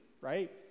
right